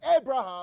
Abraham